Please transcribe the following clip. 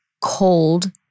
cold